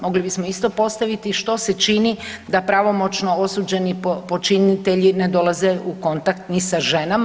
Mogli bismo isto postaviti što se čini da pravomoćno osuđeni počinitelji ne dolaze u kontakt ni sa ženama.